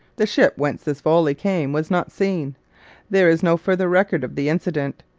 the ship whence this volley came was not seen there is no further record of the incident,